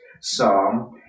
psalm